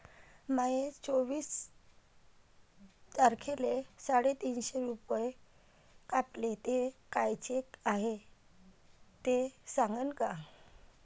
माये चोवीस तारखेले साडेतीनशे रूपे कापले, ते कायचे हाय ते सांगान का?